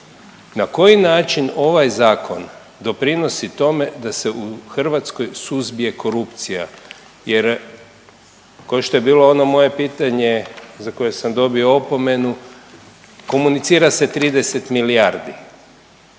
Na koji način ovaj zakon doprinosi tome da se u Hrvatskoj suzbije korupcija jer ko što je bilo ono moje pitanje za koje sam dobio opomenu, komunicira se 30 milijardi.